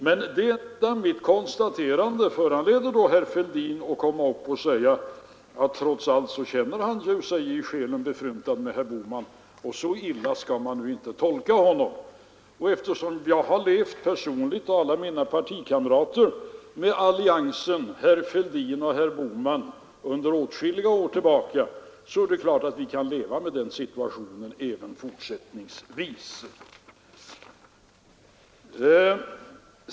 Men detta mitt konstaterande föranledde herr Fälldin att säga att man inte skall tolka honom så illa — trots allt känner han sig i själen befryndad med herr Bohman. Eftersom jag och alla mina partikamrater kunnat leva vidare trots alliansen mellan herrar Fälldin och Bohman sedan åtskilliga år tillbaka, kan vi självfallet leva med i den situationen även fortsättningsvis.